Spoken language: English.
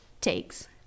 takes